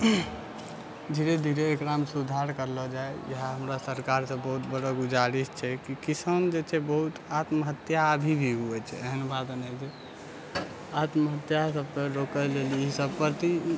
धीरे धीरे एकरामे सुधार करलो जाइत इएह हमरा सरकार से बहुत बड़ा गुजारिश छै किसान जे छै बहुत आत्महत्या अभी भी हुए छै एहन बात नहि छै आत्महत्या सबके रोके लेल ई सब प्रति